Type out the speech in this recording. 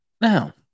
Now